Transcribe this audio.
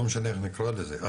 לא משנה איך נקרא לזה,